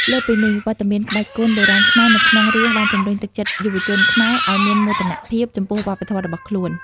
លើសពីនេះ វត្តមានក្បាច់គុនបុរាណខ្មែរនៅក្នុងរឿងបានជំរុញទឹកចិត្តយុវជនខ្មែរឲ្យមានមោទនភាពចំពោះវប្បធម៌របស់ខ្លួន។